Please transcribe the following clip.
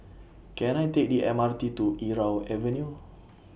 Can I Take The M R T to Irau Avenue